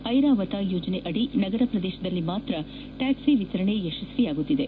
ಐರಾವತ ಯೋಜನೆಯಡಿ ನಗರ ಪ್ರದೇಶದಲ್ಲಿ ಮಾತ್ರ ಟ್ಲಾಕ್ಸಿ ವಿತರಣೆ ಯಶಸ್ವಿಯಾಗುತ್ತಿದೆ